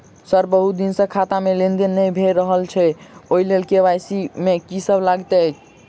Sir बहुत दिन सऽ खाता मे लेनदेन नै भऽ रहल छैय ओई लेल के.वाई.सी मे की सब लागति ई?